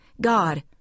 God